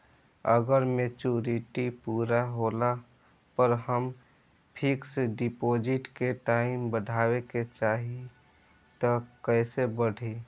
अगर मेचूरिटि पूरा होला पर हम फिक्स डिपॉज़िट के टाइम बढ़ावे के चाहिए त कैसे बढ़ी?